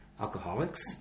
alcoholics